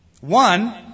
One